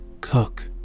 cook